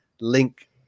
link